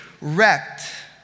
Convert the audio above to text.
wrecked